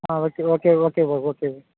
okay okay బాబు okay